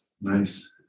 Nice